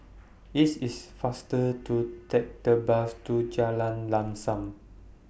IT IS faster to Take The Bus to Jalan Lam SAM